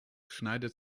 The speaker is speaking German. schneidet